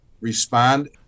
respond